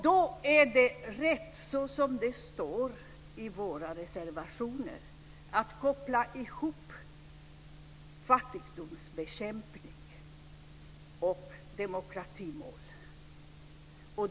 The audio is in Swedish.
Då är det som står i våra reservationer riktigt, nämligen att koppla ihop fattigdomsbekämpning och demokratimål.